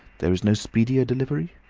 there is no speedier delivery?